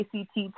ACT